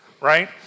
right